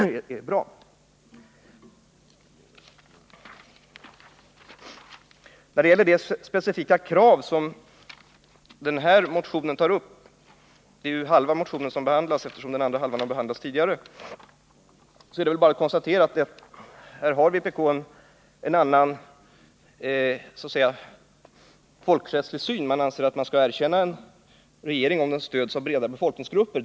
När det gäller det specifika krav som tagits upp i motionen — det är ju halva motionen som behandlas, eftersom den andra halvan behandlats tidigare — är det bara att konstatera att här har vpk så att säga en annan folkrättslig syn på saken. Vpk anser att man skall erkänna en regering om den stöds av ”breda befolkningsgrupper”.